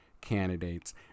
candidates